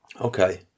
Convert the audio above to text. okay